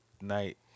night